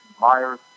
Myers